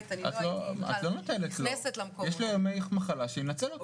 יש לו ימי מחלה, שינצל אותם.